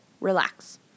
relax